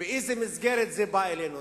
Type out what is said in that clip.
באיזו מסגרת זה בא אלינו.